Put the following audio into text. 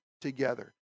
together